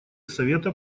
совета